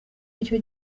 nicyo